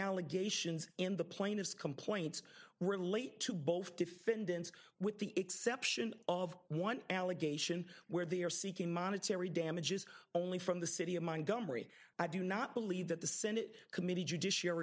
allegations in the plaintiff's complaints were late to both defendants with the exception of one allegation where they are seeking monetary damages only from the city of mind i do not believe that the senate committee judicia